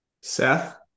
Seth